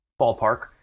ballpark